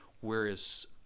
whereas